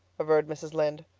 averred mrs. lynde.